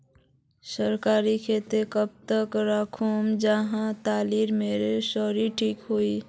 सरिस घोरोत कब तक राखुम जाहा लात्तिर मोर सरोसा ठिक रुई?